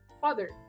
father